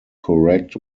correct